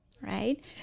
right